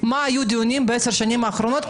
מה היו הדיונים בעשר השנים האחרונות.